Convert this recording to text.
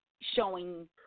showing